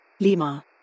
Lima